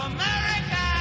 America